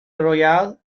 royal